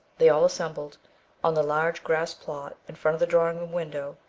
they all assembled on the large grass plot, in front of the drawing-room window,